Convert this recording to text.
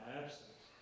absence